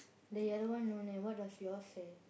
the yellow one no name what does yours say